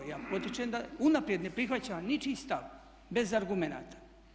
Ja potičem da unaprijed ne prihvaćam ničiji stav bez argumenata.